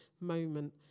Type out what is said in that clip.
moment